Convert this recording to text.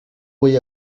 voy